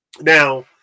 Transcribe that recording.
Now